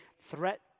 threat